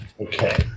Okay